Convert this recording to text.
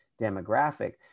demographic